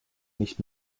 nicht